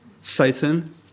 Satan